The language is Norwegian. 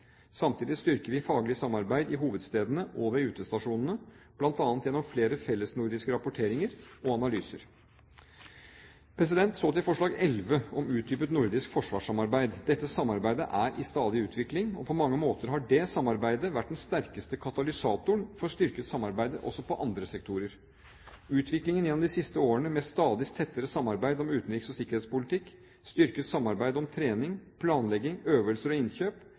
Samtidig styrker vi faglig samarbeid i hovedstedene og ved utestasjonene, bl.a. gjennom flere fellesnordiske rapporteringer og analyser. Så til forslag 11, om utdypet nordisk forsvarssamarbeid: Dette samarbeidet er i stadig utvikling, og på mange måter har det samarbeidet vært den sterkeste katalysatoren for styrket samarbeid også på andre sektorer. Utviklingen gjennom de siste årene med et stadig tettere samarbeid om utenriks- og sikkerhetspolitikk, styrket samarbeid om trening, planlegging, øvelser og innkjøp